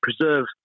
preserve